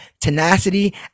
tenacity